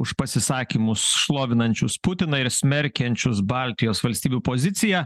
už pasisakymus šlovinančius putiną ir smerkiančius baltijos valstybių poziciją